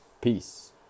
Peace